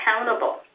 accountable